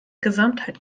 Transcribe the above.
gesamtheit